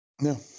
No